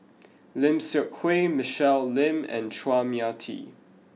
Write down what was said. Lim Seok Hui Michelle Lim and Chua Mia Tee